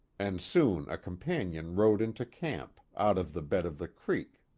and soon a companion rode into camp, out of the bed of the creek.